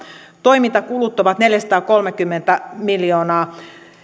toimintakulut ovat neljäsataakolmekymmentä miljoonaa